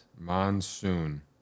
Monsoon